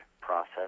process